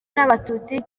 n’abatutsi